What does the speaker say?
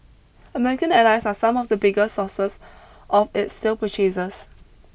American allies are some of the biggest sources of its steel purchases